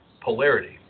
polarity